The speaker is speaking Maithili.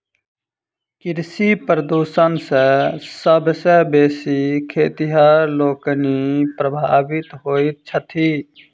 कृषि प्रदूषण सॅ सभ सॅ बेसी खेतिहर लोकनि प्रभावित होइत छथि